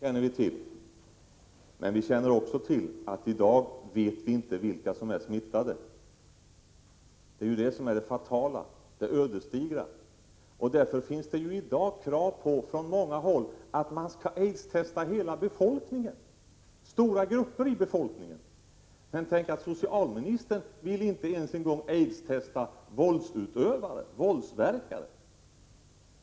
Herr talman! Ja, det känner vi till. Men vi vet i dag inte vilka som är smittade, och det är det fatala, det ödesdigra. Därför ställs från många håll krav på att hela befolkningen eller stora grupper i befolkningen skall aidstestas. Men tänk, att socialministern vill inte ens en gång aidstesta våldsverkare.